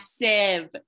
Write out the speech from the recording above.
massive